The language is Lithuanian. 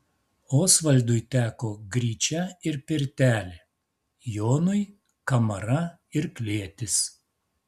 osvaldui teko gryčia ir pirtelė jonui kamara ir klėtis